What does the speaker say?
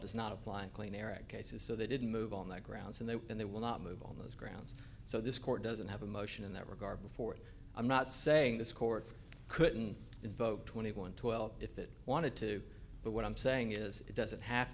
does not apply clean air act cases so they didn't move on their grounds and they and they will not move on those grounds so this court doesn't have a motion in that regard before it i'm not saying this court couldn't invoke twenty one twelve if it wanted to but what i'm saying is it doesn't have